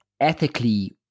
Ethically